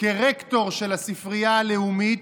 כרקטור של הספרייה הלאומית,